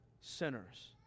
sinners